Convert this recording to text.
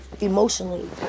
emotionally